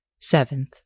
Seventh